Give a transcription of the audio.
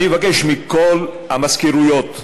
אני מבקש מכל המזכירויות,